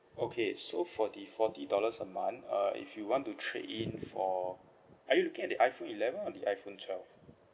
okay so for the forty dollars a month uh if you want to trade in for are you looking at the iPhone eleven or the iPhone twelve